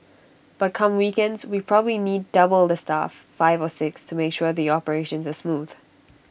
but come weekends we probably need double the staff five or six to make sure the operations are smooth